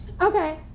Okay